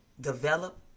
develop